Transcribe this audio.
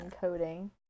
coding